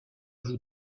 vous